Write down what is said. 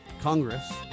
Congress